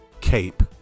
Cape